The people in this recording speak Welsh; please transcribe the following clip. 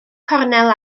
cornel